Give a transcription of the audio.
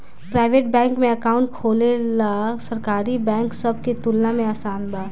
private bank में account खोलल सरकारी बैंक सब के तुलना में आसान बा